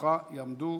לרשותך יעמדו,